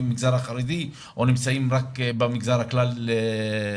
והחרדי או שהם נמצאים גם במגזר הכללי.